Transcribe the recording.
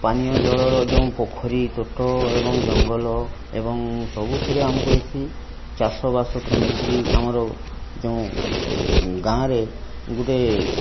ପାନୀୟଜଳର ଯେଉଁ ପୋଖରୀ ତୁଠ ଏବଂ ଜଙ୍ଗଲ ଏବଂ ସବୁଥିରେ ଆମକୁ ଏଠି ଚାଷବାସଠାରୁ ନେଇକରି ଆମର ଯେଉଁ ଗାଁରେ ଗୋଟେ